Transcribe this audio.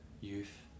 youth